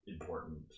important